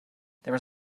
there